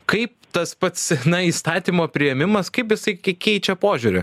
kaip tas pats na įstatymo priėmimas kaip jisai kei keičia požiūrį